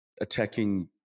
attacking